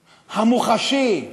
המוחשי,